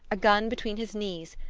a gun between his knees,